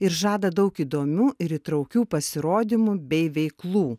ir žada daug įdomių ir įtraukių pasirodymų bei veiklų